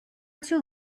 too